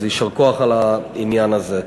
אז יישר כוח על העניין הזה.